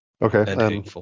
Okay